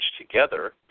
together